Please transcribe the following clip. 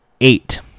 eight